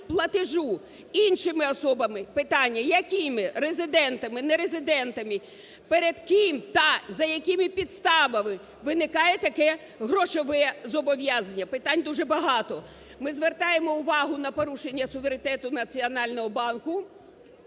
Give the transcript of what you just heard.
платежу іншими особами. Питання: якими резидентами, нерезидентами? Перед ким та за якими підставами виникає таке грошове зобов'язання? Питань дуже багато. Ми звертаємо увагу на порушення суверенітету Національного банку.